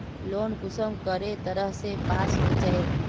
Loan कुंसम करे तरह से पास होचए?